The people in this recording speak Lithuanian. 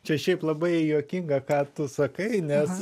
čia šiaip labai juokinga ką tu sakai nes